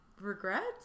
Regrets